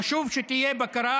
חשוב שתהיה בקרה.